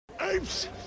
Apes